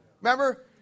remember